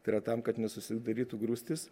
tai yra tam kad nesusidarytų grūstys